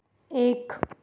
एक